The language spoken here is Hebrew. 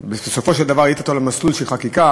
בסופו של דבר העלית אותה למסלול של חקיקה,